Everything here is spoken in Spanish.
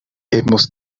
hemos